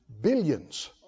billions